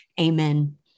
Amen